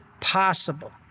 possible